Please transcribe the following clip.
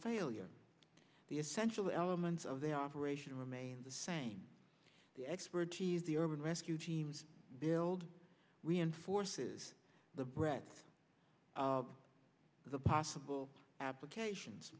failure the essential elements of the operation remain the same the expertise the urban rescue teams build reinforces the breadth of the possible applications